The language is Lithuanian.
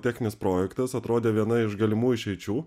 techninis projektas atrodė viena iš galimų išeičių